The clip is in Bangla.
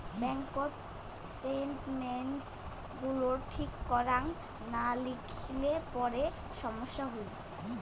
ব্যাঙ্ককোত স্টেটমেন্টস গুলি ঠিক করাং না লিখিলে পরে সমস্যা হই